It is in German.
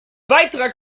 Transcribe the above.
weiterer